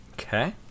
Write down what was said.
Okay